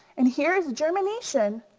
and here is germination,